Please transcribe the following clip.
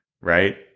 right